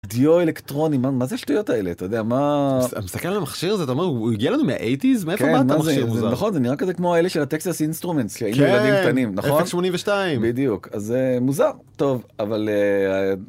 דיו אלקטרוני מה זה שטויות האלה אתה יודע מה אתה מסתכל על המכשיר הזה ואומר הוא הגיע לנו מהאייטיז זה נראה כזה כמו אלה של הטקסס אינסטרומנט הזה שההיינו ילדים קטנים 82fx בדיוק זה מוזר טוב אבל.